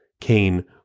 Cain